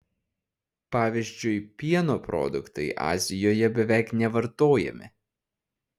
pavyzdžiui pieno produktai azijoje beveik nevartojami